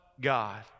God